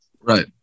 Right